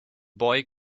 boy